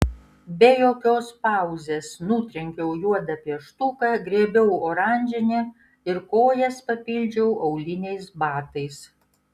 be jokios pauzės nutrenkiau juodą pieštuką griebiau oranžinį ir kojas papildžiau auliniais batais